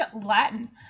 Latin